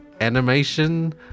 animation